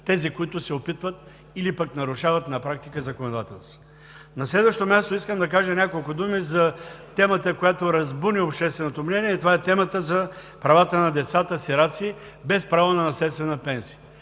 тези, които се опитват или пък го нарушават на практика. На следващо място, искам да кажа няколко думи по темата, която разбуни общественото мнение, и това е темата за правата на децата – сираци, без право на наследствена пенсия.